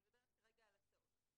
אני מדברת כרגע על הסעות,